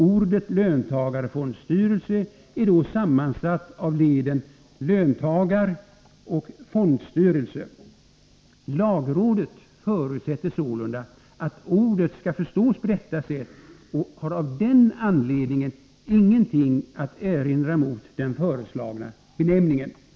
Ordet löntagarfondstyrelse är då sammansatt avleden ”löntagar” och ”fondstyrelse”.” Lagrådet förutsätter sålunda att ordet skall förstås på detta sätt och har av den anledningen ”intet att erinra mot den föreslagna benämningen”.